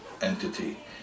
entity